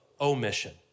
omission